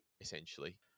essentially